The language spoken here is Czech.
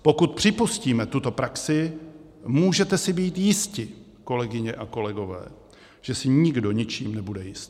Pokud připustíme tuto praxi, můžete si být jisti, kolegyně a kolegové, že si nikdo ničím nebude jist.